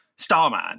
Starman